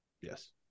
yes